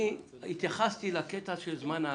אני התייחסתי לנושא של זמן ההגעה.